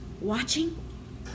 watching